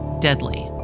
deadly